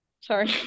Sorry